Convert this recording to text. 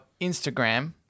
Instagram